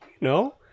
No